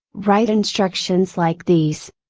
write instructions like these.